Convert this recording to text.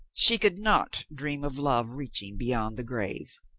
she could not dream of love reaching beyond the grave.